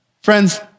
Friends